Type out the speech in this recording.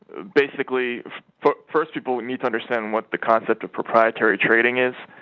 basically book first people need to understand what the concept of proprietary trading is